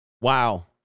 Wow